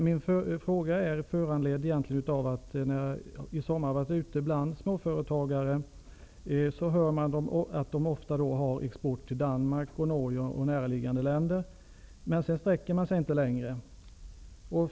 Min fråga är föranledd av att jag, när jag under sommaren har varit ute bland småföretagare, hört att de ofta har export till Danmark, Norge och andra näraliggande länder, men inte till längre bort belägna länder.